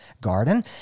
garden